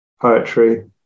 poetry